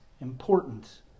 important